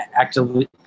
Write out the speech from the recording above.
actively